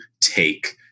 take